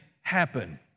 happen